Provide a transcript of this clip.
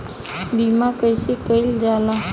बीमा कइसे कइल जाला?